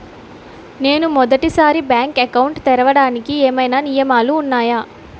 నేను మొదటి సారి బ్యాంక్ అకౌంట్ తెరవడానికి ఏమైనా నియమాలు వున్నాయా?